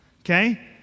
Okay